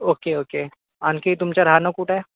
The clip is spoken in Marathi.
ओके ओके आणखी तुमचं राहणं कुठं आहे